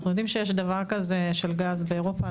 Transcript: אנחנו יודעים שיש דבר כזה של גז באירופה,